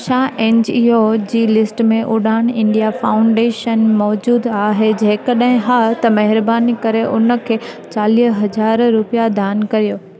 छा एनजीओ जी लिस्ट में उडान इंडिया फाउंडेशन मौजूद आहे जेकॾहिं हा त महिरबानी करे उन खे चालीह हज़ार रुपिया दान कर्यो